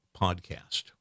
podcast